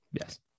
Yes